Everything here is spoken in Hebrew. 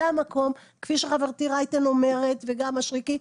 זה המקום כפי שחברתי רייטן אומרת וגם מישרקי,